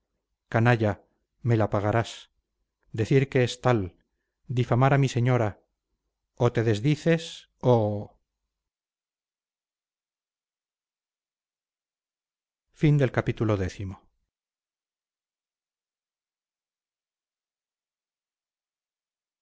canalla me la pagarás decir que es tal difamar a mi señora o te desdices o no